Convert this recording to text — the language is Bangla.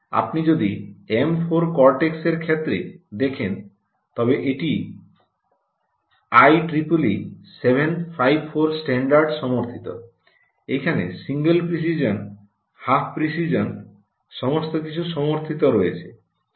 আপনি যদি এম 4 কর্টেক্স এর ক্ষেত্রে দেখেন তবে এটি আইইইই 754 স্ট্যান্ডার্ড সমর্থিত এখানে সিঙ্গেল প্রিসিজন হাফ প্রিসিজন সমস্ত কিছু সমর্থিত রয়েছে